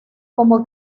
como